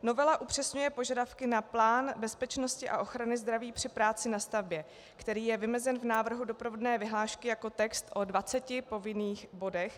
Novela upřesňuje požadavky na plán bezpečnosti a ochrany zdraví při práci na stavbě, který je vymezen v návrhu doprovodné vyhlášky jako text o 20 povinných bodech.